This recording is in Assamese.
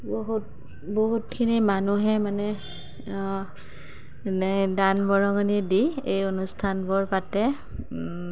বহুত বহুতখিনি মানুহে মানে মানে মানে দান বৰঙণি দি এই অনুষ্ঠানবোৰ পাতে